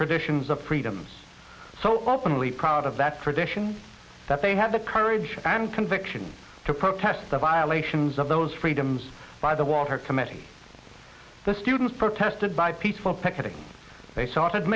traditions of freedoms so openly proud of that tradition that they have the courage and conviction to protest the violations of those freedoms by the water committee the students protested by peaceful picketing they started